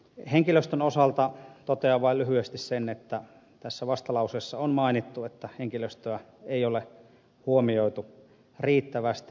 henkilöstön osalta totean vain lyhyesti sen että vastalauseessa on mainittu että henkilöstöä ei ole huomioitu riittävästi